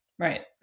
Right